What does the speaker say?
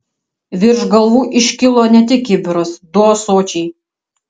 virš galvų iškilo ne tik kibiras du ąsočiai